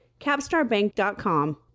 capstarbank.com